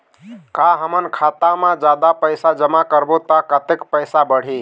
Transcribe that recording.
का हमन खाता मा जादा पैसा जमा करबो ता कतेक पैसा बढ़ही?